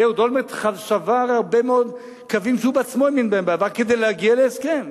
אהוד אולמרט עבר הרבה מאוד קווים שהוא בעצמו הציב כדי להגיע להסכם,